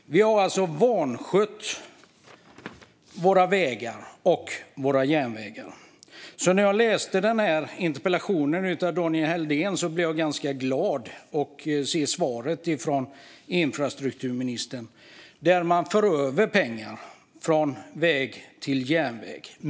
Vi har alltså vanskött våra vägar och våra järnvägar. När jag hade läst interpellationen från Daniel Helldén blev jag glad över svaret från infrastrukturministern - att man för över pengar från väg till järnväg.